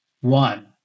one